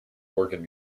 organ